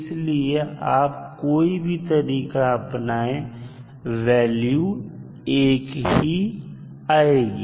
इसलिए आप कोई भी तरीका अपनाएं वैल्यू एक ही आएगी